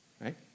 Right